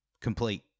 complete